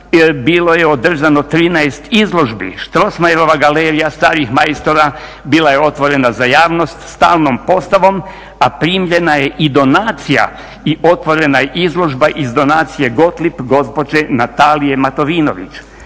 bilo je održano 13 izložbi. Strossmayerova galerija starih majstora bila je otvorena za javnost stalnom postavom, a primljena je i donacija i otvorena je izložba iz donacije Göetlib gospođe Natalije Matovinović.